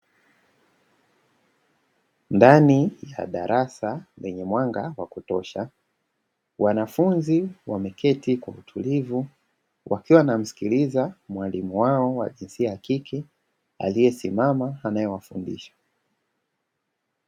Ndani ya darasa lenye mwanga wa kutosha wanafunzi wameketi kwa utulivu, wakiwa wanamsikiliza mwalimu wao wa jinsia ya kike aliyesimama anaewafundisha.